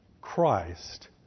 Christ